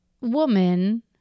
woman